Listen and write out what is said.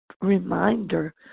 reminder